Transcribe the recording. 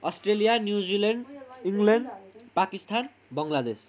Australia New Zealand England Pakistan Bangladesh